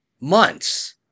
months